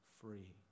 free